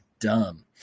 dumb